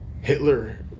Hitler